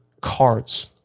cards